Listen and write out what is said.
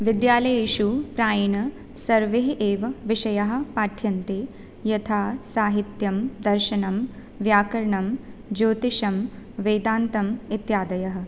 विद्यालयेषु प्रायेण सर्वे एव विषयाः पाठ्यन्ते यथा साहित्यं दर्शनं व्याकरणं ज्योतिषं वेदान्तम् इत्यादयः